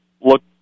look